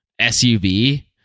SUV